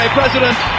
president